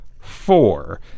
four